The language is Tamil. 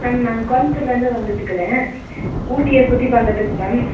மேம் நாங்கள் கோயம்புத்தூரில் இருந்து வந்திட்டுருக்குறேன் ஊட்டியை சுற்றி பார்க்குறதுக்கு மேம்